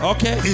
Okay